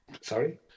Sorry